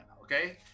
okay